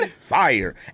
fire